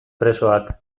presoak